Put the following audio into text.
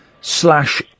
slash